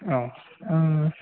औ आं